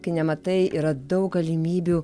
kai nematai yra daug galimybių